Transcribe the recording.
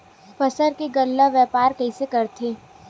फसल के गल्ला व्यापार कइसे करथे?